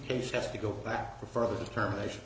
case has to go back for further determination